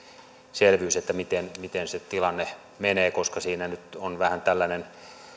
selvyys miten miten se tilanne menee koska siinä nyt on vähän tällainen